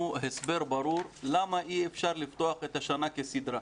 הסבר ברור למה אי אפשר לפתוח את השנה כסדרה.